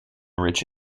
rich